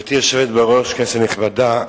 גברתי היושבת-ראש, כנסת נכבדה,